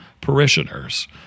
parishioners